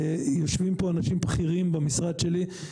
יושבים פה אנשים בכירים במשרד שלי,